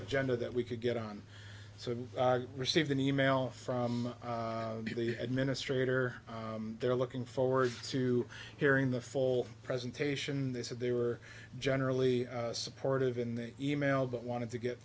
agenda that we could get on so i received an email from the administrator there looking forward to hearing the full presentation they said they were generally supportive in the e mail but wanted to get